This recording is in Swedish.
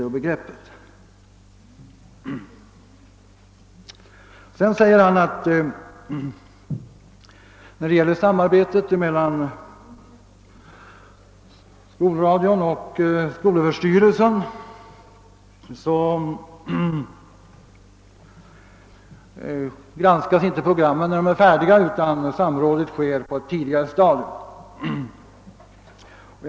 Vidare säger utbildningsministern vad gäller samarbetet mellan skolradion och skolöverstyrelsen att programmen inte granskas när de är färdiga, utan samrådet sker på ett tidigare stadium.